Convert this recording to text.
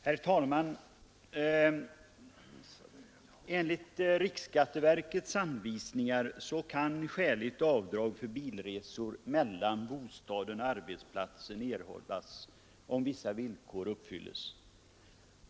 Herr talman! Enligt riksskatteverkets anvisningar kan skäligt avdrag för bilresor mellan bostaden och arbetsplatsen erhållas om vissa villkor uppfylls.